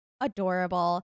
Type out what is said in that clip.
adorable